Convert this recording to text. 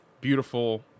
beautiful